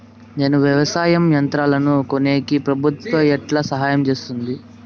నేను వ్యవసాయం యంత్రాలను కొనేకి ప్రభుత్వ ఎట్లా సహాయం చేస్తుంది?